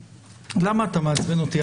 צריך להחליף את הממשלה.